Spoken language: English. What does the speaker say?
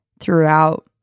throughout